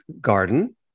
garden